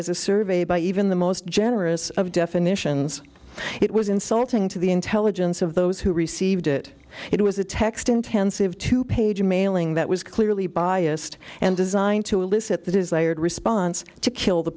a survey by even the most generous of definitions it was insulting to the intelligence of those who received it it was a text intensive two page mailing that was clearly biased and designed to elicit the desired response to kill the